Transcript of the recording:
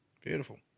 Beautiful